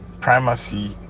primacy